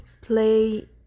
play